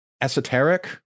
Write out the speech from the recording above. esoteric